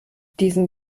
diesen